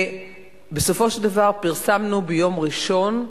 בסופו של דבר פרסמנו ביום ראשון,